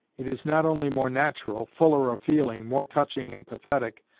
it is not only more natural, fuller of feeling, more touching and pathetic,